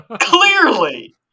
Clearly